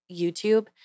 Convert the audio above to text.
YouTube